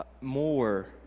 more